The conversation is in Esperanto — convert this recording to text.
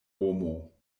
homo